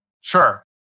Sure